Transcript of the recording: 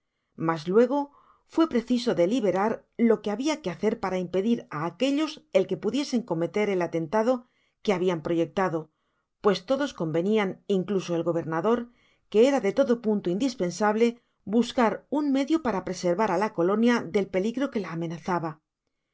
mas luego fué preciso deliberar lo que habia que hacer para impedir á aquellos el que pudiesen cometer el atentado que habian proyectado pues todos convenian incluso el gobernador que era de todo punto indispensable buscar un medio para preservar á la colonia del peligro que la amenazaba